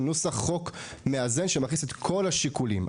נוסח חוק מאזן שמכניס את כל השיקולים.